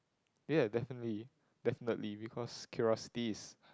ya definitely definitely because curiosity is